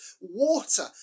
water